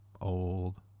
old